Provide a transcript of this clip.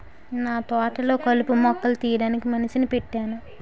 నాతోటలొ కలుపు మొక్కలు తీయడానికి మనిషిని పెట్టేను